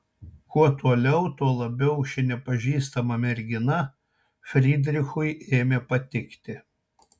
kuo toliau tuo labiau ši nepažįstama mergina frydrichui ėmė patikti